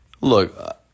Look